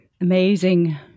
amazing